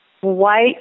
white